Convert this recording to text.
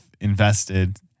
invested